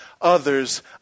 others